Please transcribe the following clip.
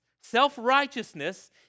Self-righteousness